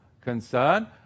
concern